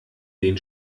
den